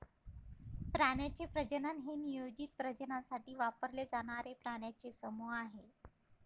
प्राण्यांचे प्रजनन हे नियोजित प्रजननासाठी वापरले जाणारे प्राण्यांचे समूह आहे